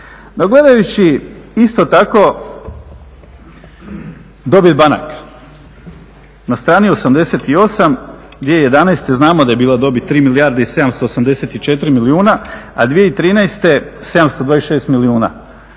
No, gledajući isto tako dobit banaka. Na strani 88. 2011. znamo da je bila dobit 3 milijarde i 784 milijuna, a 2013. 726 milijuna.